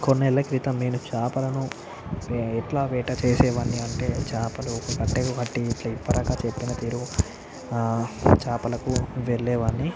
కొన్ని నెలల క్రితం నేను చేపలను వే ఎట్లా వేట చేసేవాడినంటే చేపలు ఒక తట్టకు పట్టి ఇట్లా ఇప్పరంగా చెరువుని తెరువ్ ఆ చేపలకు వెళ్ళేవాడ్ని